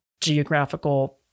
geographical